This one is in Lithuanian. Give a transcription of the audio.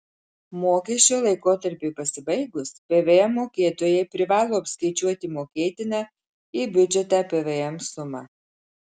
mokesčio laikotarpiui pasibaigus pvm mokėtojai privalo apskaičiuoti mokėtiną į biudžetą pvm sumą